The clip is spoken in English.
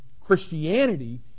Christianity